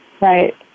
Right